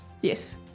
Yes